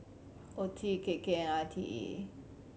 Oeti K K and I T E